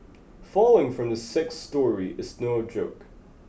falling from the sixth storey is no joke